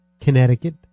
Connecticut